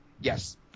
Yes